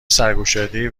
سرگشادهای